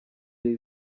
jay